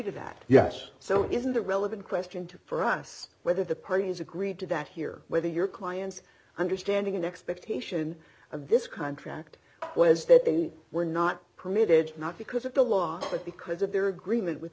to that yes so isn't the relevant question to for us whether the parties agreed to that here whether your client's understanding in expectation of this contract was that they were not permitted not because of the law but because of their agreement with